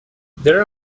there